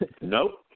Nope